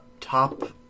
top